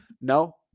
No